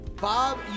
Bob